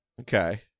Okay